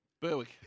Berwick